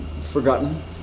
forgotten